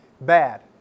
bad